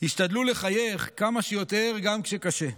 השתדלו לחייך כמה שיותר גם כשקשה.